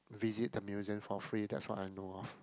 visit the museum for free that's what I know ah